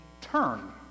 turn